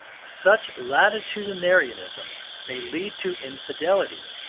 such latitudinarianism may lead to infidelity,